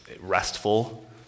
restful